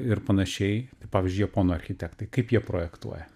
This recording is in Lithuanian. ir panašiai pavyzdžiui japonų architektai kaip jie projektuoja